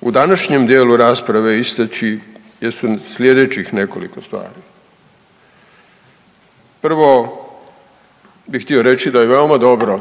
u današnjem dijelu rasprave istaći jesu slijedećih nekoliko stvari. Prvo bi htio reći da je veoma dobro